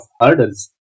hurdles